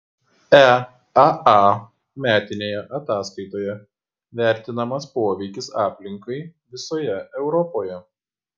eaa metinėje ataskaitoje vertinamas poveikis aplinkai visoje europoje